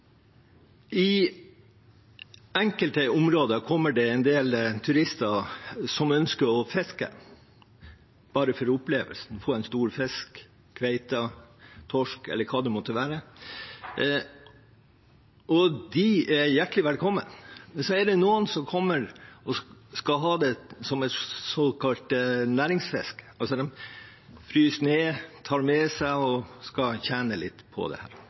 I enkelte områder kommer det en del turister som ønsker å fiske bare for opplevelsen, få en stor fisk, kveite, torsk eller hva det måtte være, og de er hjertelig velkommen. Så er det noen som kommer og skal ha det som et såkalt næringsfiske; de fryser ned, tar med seg og skal tjene litt på det. Dem ønsker man ikke. Kontroll er nøkkelordet her.